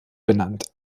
benannt